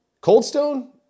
Coldstone